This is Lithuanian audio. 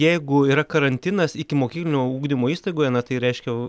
jeigu yra karantinas ikimokyklinio ugdymo įstaigoje na tai reiškia